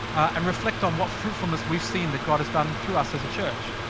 and reflect on what fruitfulness we've seen that god has done through us as a church.